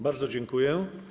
Bardzo dziękuję.